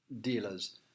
dealers